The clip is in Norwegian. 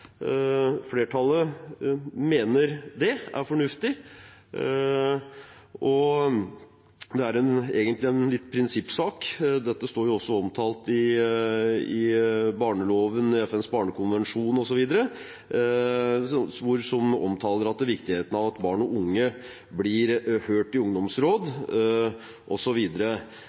Flertallet mener det er fornuftig, og det er egentlig en prinsippsak. Dette står jo også omtalt i barneloven, i FNs barnekonvensjon osv., som omtaler viktigheten av at barn og unge blir hørt i ungdomsråd